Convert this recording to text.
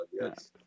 yes